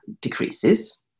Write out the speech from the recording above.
decreases